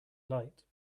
light